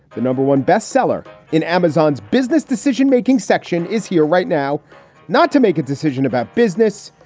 the number one bestseller in amazon's business decision making section, is here right now not to make a decision about business,